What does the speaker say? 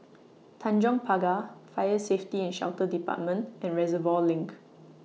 Tanjong Pagar Fire Safety and Shelter department and Reservoir LINK